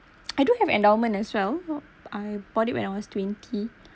I do have endowment as well I bought it when I was twenty